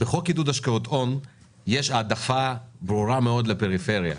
בחוק עידוד השקעות הון יש העדפה ברורה מאוד לפריפריה,